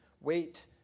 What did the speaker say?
wait